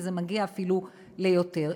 ואפילו יותר.